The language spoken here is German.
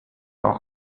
auch